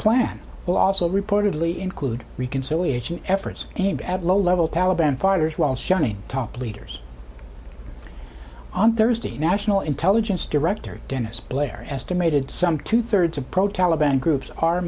plan will also reportedly include reconciliation efforts aimed at low level taliban fighters while shunning top leaders on thursday national intelligence director dennis blair estimated some two third's of pro taliban groups are